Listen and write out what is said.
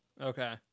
Okay